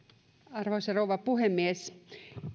arvoisa rouva puhemies